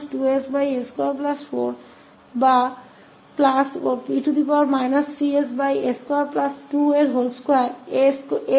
इसलिए हमने यहां पहली शिफ्टिंग प्रॉपर्टी का इस्तेमाल किया है और अब हम इसका इनवर्स प्राप्त कर सकते हैं